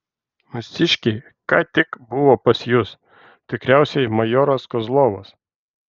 mūsiškiai ką tik buvo pas jus tikriausiai majoras kozlovas